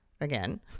again